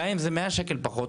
גם אם זה מאה שקל פחות,